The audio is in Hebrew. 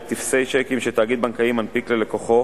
בטופסי צ'קים שתאגיד בנקאי מנפיק ללקוחו,